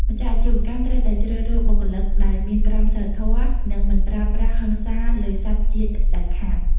ម្ចាស់អាជីវកម្មត្រូវតែជ្រើសរើសបុគ្គលិកដែលមានក្រមសីលធម៌ និងមិនប្រើប្រាស់ហិង្សាលើសត្វជាដាច់ខាត។